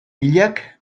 hilak